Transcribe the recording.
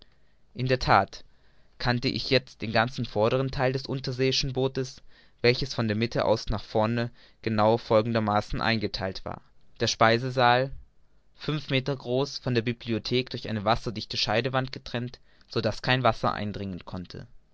in der that kannte ich jetzt den ganzen vordern theil des unterseeischen bootes welches von der mitte aus nach vorne genau folgendermaßen eingetheilt war der speisesaal fünf meter groß von der bibliothek durch eine wasserdichte scheidewand getrennt so daß kein wasser eindringen konnte